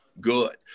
Good